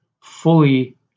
fully